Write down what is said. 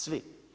Svi.